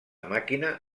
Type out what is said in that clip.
màquina